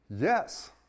yes